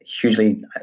hugely